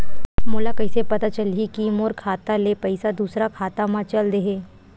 मोला कइसे पता चलही कि मोर खाता ले पईसा दूसरा खाता मा चल देहे?